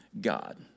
God